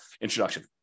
introduction